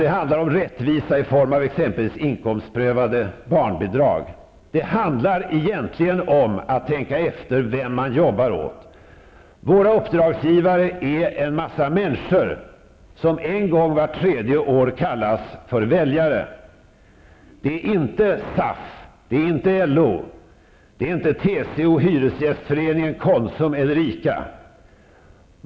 Det handlar om rättvisa i form av exempelvis inkomstprövade barnbidrag. Det handlar egentligen om att tänka efter vem man arbetar åt. Våra uppdragsgivare är en mängd människor som en gång vart tredje år kallas väljare. Det är inte SAF, LO, TCO, Hyresgästföreningen, Konsum eller ICA.